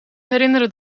herinneren